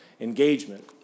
engagement